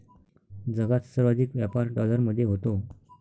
जगात सर्वाधिक व्यापार डॉलरमध्ये होतो